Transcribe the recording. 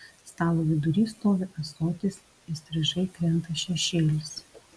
stalo vidury stovi ąsotis įstrižai krenta šešėlis